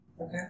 Okay